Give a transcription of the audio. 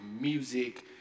music